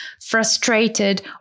frustrated